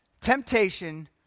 temptation